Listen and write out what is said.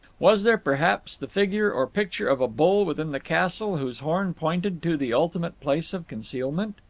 was there, perhaps, the figure or picture of a bull within the castle whose horn pointed to the ultimate place of concealment?